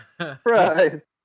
Surprise